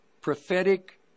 prophetic